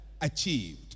achieved